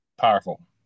Powerful